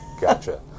Gotcha